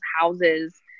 houses